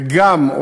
וגם,